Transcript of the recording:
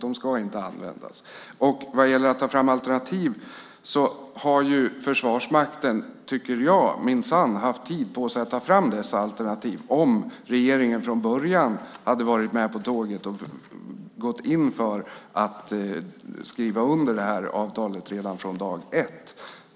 De ska inte användas. Försvarsmakten hade minsann haft tid på sig att ta fram alternativ om regeringen från början hade varit med på tåget och gått in för att skriva under avtalet redan från dag ett.